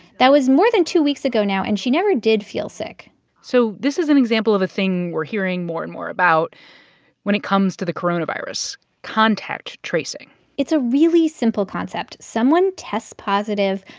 that was more than two weeks ago now, and she never did feel sick so this is an example of a thing we're hearing more and more about when it comes to the coronavirus contact tracing it's a really simple concept. someone tests positive.